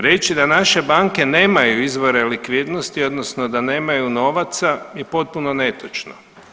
Reći da naše banke nemaju izvore likvidnosti odnosno da nemaju novaca je potpuno netočno.